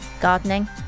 gardening